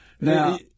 Now